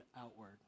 outward